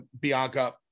Bianca